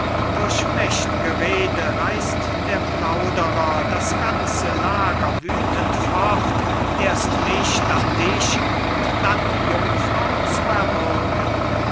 durch mächt'ge rede reißt der plauderer das ganze lager wüthend fort erst mich dann dich und dann die jungfrau zu erwürgen